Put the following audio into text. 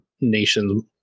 nations